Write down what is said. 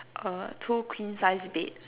uh two queen size bed